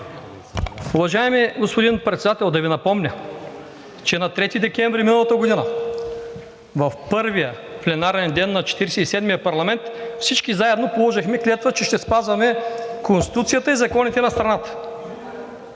Уважаеми господин Председател, да Ви напомня, че на 3 декември миналата година в първия пленарен ден на Четиридесет и седмия парламент всички заедно положихме клетва, че ще спазваме Конституцията и законите на страната.